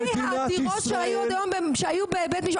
מאלפי העתירות שהיו בבית משפט,